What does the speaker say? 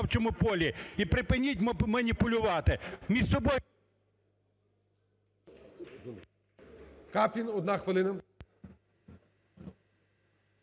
Каплін, одна хвилина.